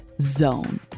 .zone